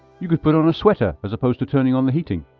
you could put on a sweater as opposed to turning on the heating,